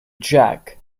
jack